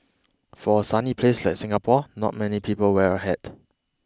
for a sunny place like Singapore not many people wear a hat